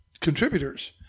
contributors